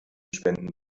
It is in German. spenden